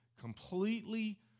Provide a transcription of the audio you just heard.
completely